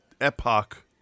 Epoch